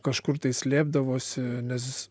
kažkur tai slėpdavosi nes